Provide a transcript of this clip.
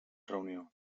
reunió